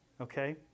okay